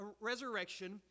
resurrection